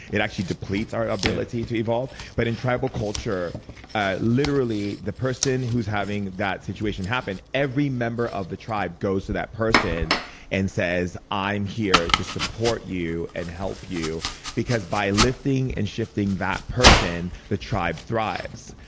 it actually depletes our ability to evolve. but in tribal culture ah literally, the person who's having that situation happen, every member of the tribe goes to that person and says i'm here to support you and help you because by lifting and shifting that person, the tribe thrives.